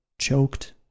choked